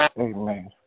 Amen